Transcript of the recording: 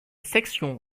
section